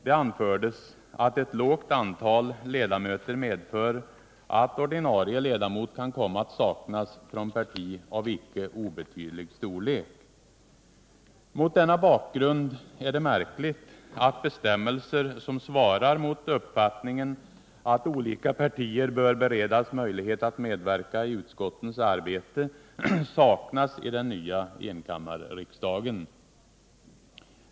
Det anfördes att ett lågt antalledamöter medför att ordinarie ledamot kan komma att saknas från parti av icke obetydlig storlek. Mot denna bakgrund är det märkligt att bestämmelser som svarar mot uppfattningen att olika partier bör beredas möjlighet att medverka i utskottens arbete saknas i den nya enkammarriksdagen.